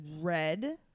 red